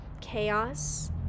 chaos